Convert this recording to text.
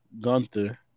Gunther